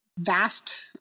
vast